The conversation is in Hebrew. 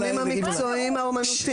אוקי,